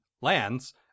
lands